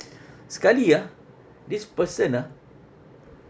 sekali ah this person ah